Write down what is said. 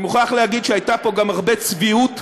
אני מוכרח להגיד שהייתה פה גם הרבה צביעות,